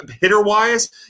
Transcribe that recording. hitter-wise